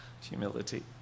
humility